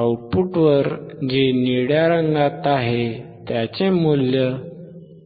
आउटपुटवर जे निळ्या रंगात आहे त्याचे मूल्य 3